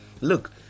Look